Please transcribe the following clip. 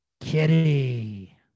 Kitty